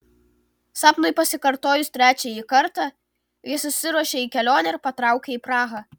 sapnui pasikartojus trečiąjį kartą jis išsiruošė į kelionę ir patraukė į prahą